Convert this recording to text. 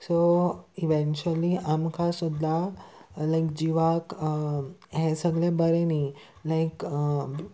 so eventually आमकां सुद्दां लायक जिवाक हें सगलें बरें न्ही लायक